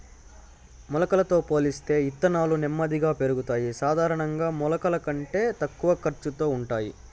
మొలకలతో పోలిస్తే ఇత్తనాలు నెమ్మదిగా పెరుగుతాయి, సాధారణంగా మొలకల కంటే తక్కువ ఖర్చుతో ఉంటాయి